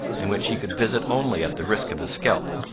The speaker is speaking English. and which he could visit only at the risk of his scalp.